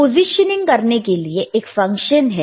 positioning करने के लिए एक फंक्शन है